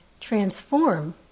transform